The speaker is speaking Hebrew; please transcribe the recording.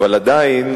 אבל עדיין,